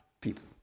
people